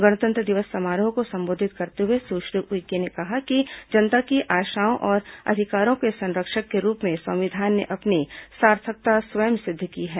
गणतंत्र दिवस समारोह को संबोधित करते हुए सुश्री उइके ने कहा कि जनता की आशाओं और अधिकारों के संरक्षक के रूप में संविधान ने अपनी सार्थकता स्वयं सिद्ध की है